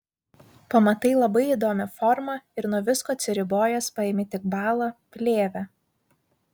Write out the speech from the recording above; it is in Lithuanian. pamatai labai įdomią formą ir nuo visko atsiribojęs paimi tik balą plėvę